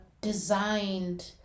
designed